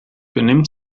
benimmt